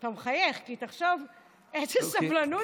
אתה מחייך, תחשוב איזו סבלנות זאת.